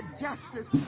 justice